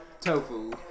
tofu